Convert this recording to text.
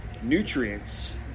Nutrients